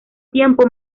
tiempo